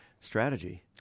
strategy